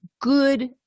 good